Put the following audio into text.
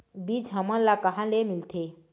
बीज हमन ला कहां ले मिलथे?